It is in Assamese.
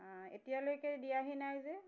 এতিয়ালৈকে দিয়াহি নাই যে